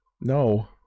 No